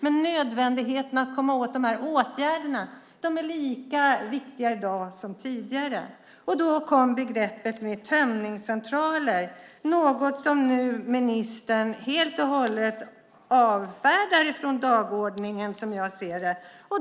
Men det är lika viktigt i dag som tidigare att vidta dessa åtgärder. Då kom begreppet tömningscentraler. Det är något som ministern nu helt och hållet avfärdar från dagordningen, som jag ser det.